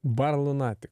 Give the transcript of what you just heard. bar lunatic